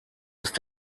ist